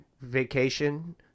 vacation